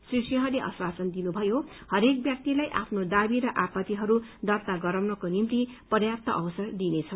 श्री सिंहले आश्वासन दिनुभयो हरेक व्यक्तिलाई आफ्नो दावी र आपत्तिहरू दर्ता गराउनको निम्ति पर्याप्त अवसर दिइनेछ